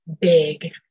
big